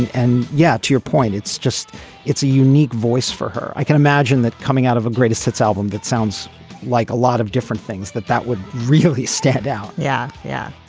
and yeah to your point it's just it's a unique voice for her. i can imagine that coming out of a greatest hits album that sounds like a lot of different things that that would really stand out. yeah yeah